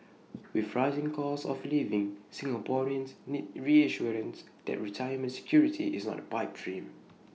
with rising costs of living Singaporeans need reassurance that retirement security is not A pipe dream